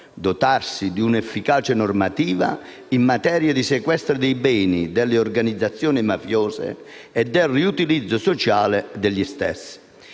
dotarsi di una efficace normativa in materia di sequestro dei beni delle organizzazioni mafiose e del riutilizzo sociale degli stessi.